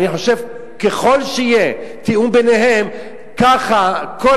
אני חושב שככל שיהיה תיאום ביניהם ככה כל